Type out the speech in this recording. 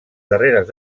darreres